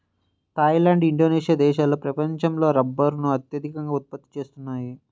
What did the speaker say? Thai land, Indonesia దేశాలు ప్రపంచంలో రబ్బరును అత్యధికంగా ఉత్పత్తి చేస్తున్నాయి